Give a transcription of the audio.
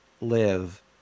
live